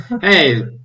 hey